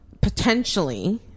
potentially